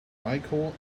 micheal